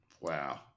Wow